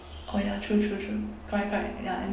orh ya true true true correct correct ya and